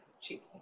Cheap